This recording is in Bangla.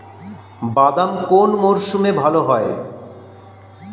বাদাম কোন মরশুমে ভাল হয়?